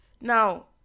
Now